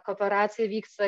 kooperacija vyksta